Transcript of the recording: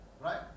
right